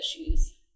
issues